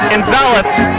enveloped